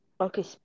Okay